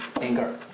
anger